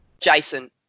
Jason